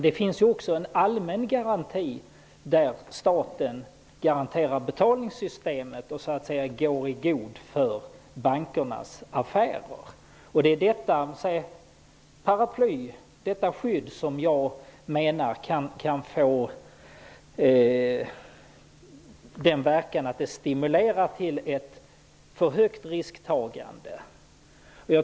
Det finns också en allmän garanti, där staten garanterar betalningssystemet och går i god för bankernas affärer. Det är detta paraply, detta skydd, som jag menar kan få den verkan att det stimulerar till ett för högt risktagande.